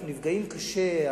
אנחנו נפגעים קשה.